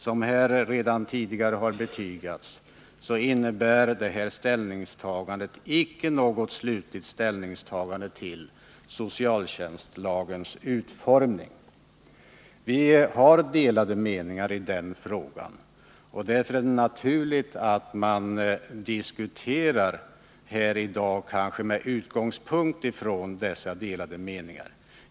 Som här tidigare har betygats innebär förslaget icke något slutligt ställningstagande till socialtjänstlagens utformning. Vi har delade meningar i frågan, och därför är det naturligt att man i dag diskuterar med utgångspunkt i just dessa olika uppfattningar.